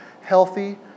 healthy